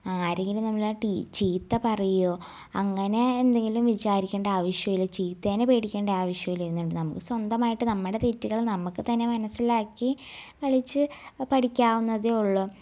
ആരെങ്കിലും നമ്മളെ ചീത്ത പറയോ അങ്ങനെ എന്തെങ്കിലും വിചാരിക്കണ്ട ആവശ്യമില്ല ചീത്തേനെ പേടിക്കേണ്ട ആവശ്യമില്ല ഇരുന്നോണ്ട് നമ്മൾ സ്വന്തമായിട്ട് നമ്മുടെ തെറ്റുകളെ നമുക്ക് തന്നെ മനസ്സിലാക്കി കളിച്ച് പഠിക്കാവുന്നതേ ഉള്ളു